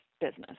business